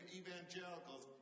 evangelicals